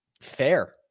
fair